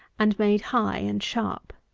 and made high and sharp.